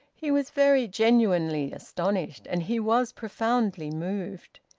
he was very genuinely astonished, and he was profoundly moved.